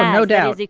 no doubt. like